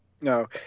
No